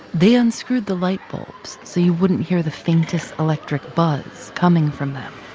they unscrewed the light bulbs so you wouldn't hear the faintest electric buzz coming from them.